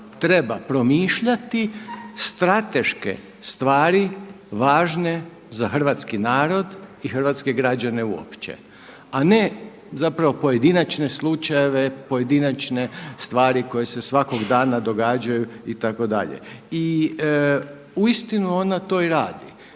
treba promišljati strateške stvari važne za hrvatski narod i hrvatske građane uopće a ne zapravo pojedinačne slučajeve, pojedinačne stvari koje se svakog dana događaju itd. I uistinu ona to i radi,